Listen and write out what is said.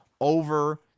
over